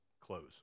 close